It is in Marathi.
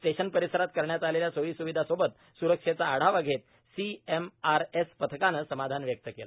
स्टेशन परिसरात करण्यात आलेल्या सोयी सुविधा सोबत सुरक्षेचा आढावा घेत सीएमआरएस पथकाने समाधान व्यक्त केले